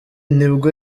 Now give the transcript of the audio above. nibwo